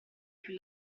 più